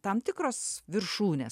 tam tikros viršūnės